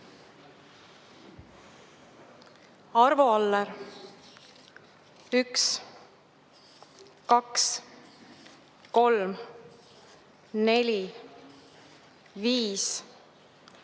Arvo Aller: 1, 2, 3, 4, 5, 6, 7, 8, 9, 10,